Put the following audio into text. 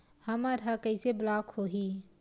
हमर ह कइसे ब्लॉक होही?